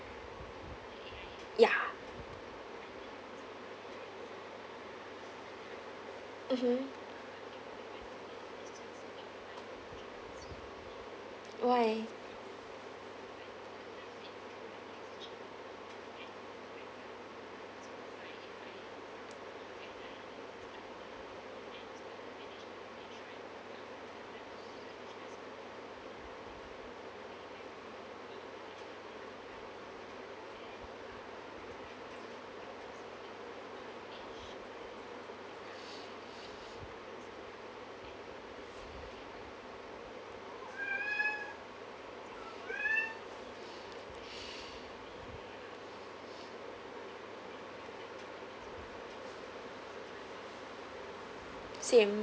ya mmhmm why same